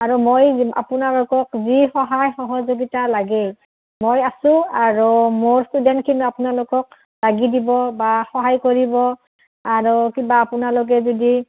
আৰু মই আপোনালোকক যি সহায় সহযোগীতা লাগেই মই আছোঁ আৰু মোৰ ষ্টুডেণ্টখিনিও আপোনালোকক লাগি দিব বা সহায় কৰিব আৰু কিবা আপোনালোকে যদি